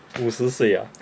五十岁 ah